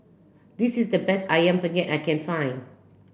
this is the best ayam penyet I can find